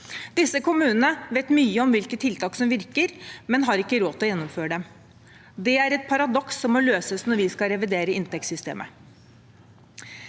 Disse kommunene vet mye om hvilke tiltak som virker, men har ikke råd til å gjennomføre dem. Det er et paradoks som må løses når vi skal revidere inntektssystemet.